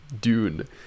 dune